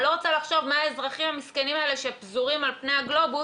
אני לא רוצה לחשוב מה האזרחים המסכנים האלה שפזורים על פני הגלובוס,